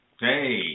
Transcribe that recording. Hey